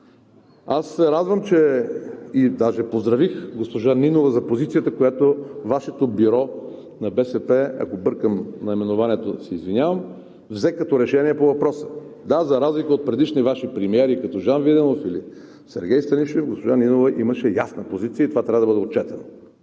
Радвам се и даже поздравих госпожа Нинова за позицията, която Вашето Бюро на БСП, ако бъркам наименованието, се извинявам, взе като решение по въпроса. Да, за разлика от предишни Ваши премиери, като Жан Виденов или Сергей Станишев, госпожа Нинова имаше ясна позиция и това трябва да бъде отчетено.